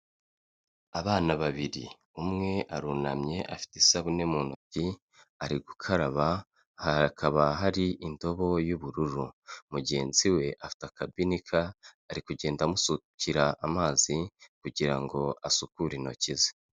Abana babiri umwe arunamye afite isabune mu ntoki ari gukaraba, hakaba hari indobo y'ubururu, mugenzi we afite akabinika ari kugenda amusukira amazi kugira ngo asukure intoki ze.